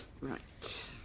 Right